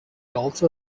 also